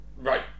Right